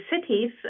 cities